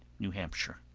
new hampshire.